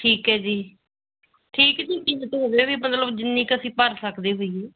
ਠੀਕ ਹੈ ਜੀ ਠੀਕ ਜੀ ਹੋ ਮਤਲਬ ਜਿੰਨੀ ਕੁ ਅਸੀਂ ਭਰ ਸਕਦੇ ਹੋਈਏ